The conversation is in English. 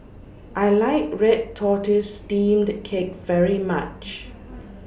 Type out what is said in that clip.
I like Red Tortoise Steamed Cake very much